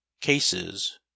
cases